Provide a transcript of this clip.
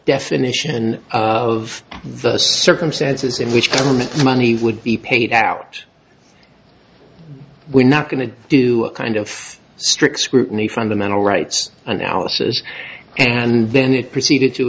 definition of the circumstances in which government money would be paid out we're not going to do a kind of strict scrutiny fundamental rights analysis and then it proceeded to